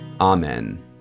Amen